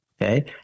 Okay